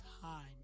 time